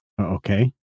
Okay